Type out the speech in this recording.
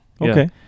okay